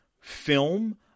film